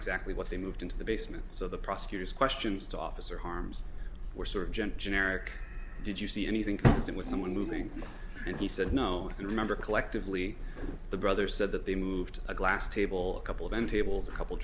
exactly what they moved into the basement so the prosecutors questions to officer harms were sort of gent generic did you see anything past him with someone moving and he said no and remember collectively the brother said that they moved a glass table couple of end tables a couple